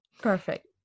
Perfect